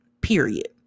period